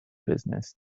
business